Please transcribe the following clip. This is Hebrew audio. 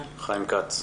חיים כץ,